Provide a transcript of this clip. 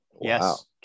Yes